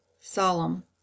solemn